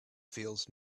feels